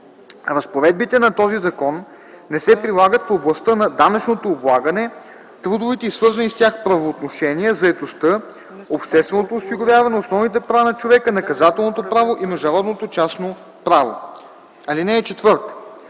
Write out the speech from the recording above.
Разпоредбите на този закон не се прилагат в областта на данъчното облагане, трудовите и свързани с тях правоотношения, заетостта, общественото осигуряване, основните права на човека, наказателното право и международното частно право. (4) Когато